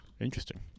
Interesting